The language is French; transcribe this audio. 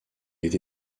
été